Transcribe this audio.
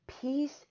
peace